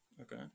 okay